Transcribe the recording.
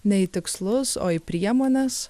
ne į tikslus o į priemones